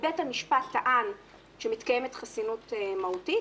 ובית המשפט טען שמתקיימת חסינות מהותית,